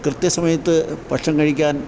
കൃത്യസമയത്ത് ഭക്ഷണം കഴിക്കാൻ